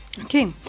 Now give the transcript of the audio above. Okay